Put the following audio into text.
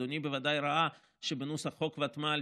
אדוני בוודאי ראה שבנוסח חוק הוותמ"ל,